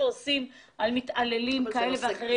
שעושים אחרי מתעללים כאלה ואחרים.